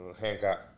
Hancock